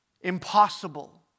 impossible